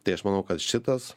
tai aš manau kad šitas